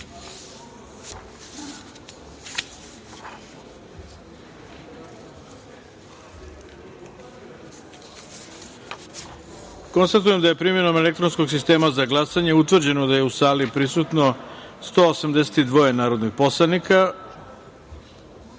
jedinice. Konstatujem da je primenom elektronskom sistema za glasanje utvrđeno da je u sali prisutno 182 narodna poslanika,